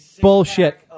Bullshit